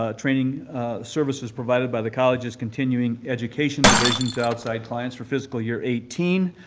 ah training services provided by the college's continuing education division to outside clients for fiscal year eighteen.